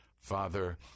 father